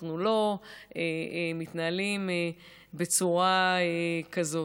אנחנו לא מתנהלים בצורה כזאת.